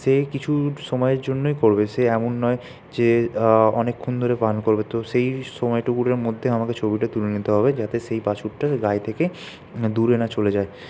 সে কিছু সময়ের জন্যেই করবে সে এমন নয় যে অনেকক্ষণ ধরে পাণ করবে তো সেই সময়টুকুর মধ্যে আমাকে ছবিটা তুলে নিতে হবে যাতে সেই বাছুরটা গাই থেকে দূরে না চলে যায়